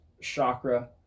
chakra